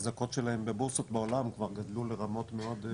גם האחזקות שלהם בבורסות בעולם כבר גדלו לרמות מאוד .